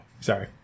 sorry